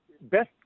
best